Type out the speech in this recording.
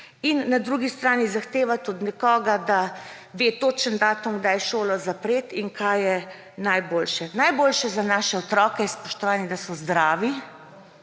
in na drugi srani zahtevati od nekoga, da pozna točen datum, kdaj šolo zapreti in kaj je najboljše. Najboljše za naše otroke je, spoštovani, da so zdravi